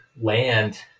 land